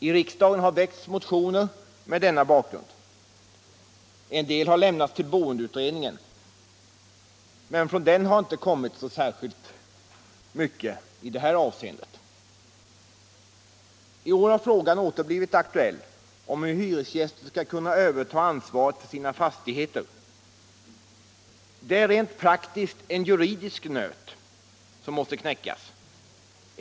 I riksdagen har det väckts motioner med denna bakgrund. Vissa har lämnats till boendeutredningen, men från den har det inte kommit så särskilt mycket i detta avseende. I år har frågan åter blivit aktuell om hur hyresgäster skall kunna överta ansvaret för sina fastigheter. Det är rent praktiskt en juridisk nöt som måste knäckas.